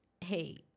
hey